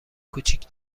کوچیک